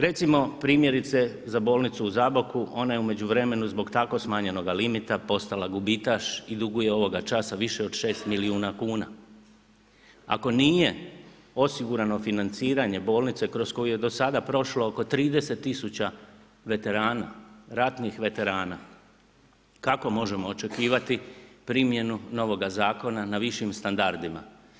Recimo primjerice za Bolnicu u Zaboku ona je u međuvremenu zbog tako smanjenog limita postala gubitaš i duguje ovog čas više od 6 milijuna kuna. ako nije osigurano financiranje bolnice kroz koju je do sada prošlo oko 30 tisuća veterana, ratnih veterana, kako možemo očekivati primjenu novoga zakona na višim standardima?